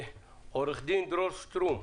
עו"ד דרור שטרום.